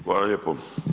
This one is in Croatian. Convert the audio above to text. Hvala lijepo.